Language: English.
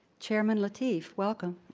chairman lateef, welcome.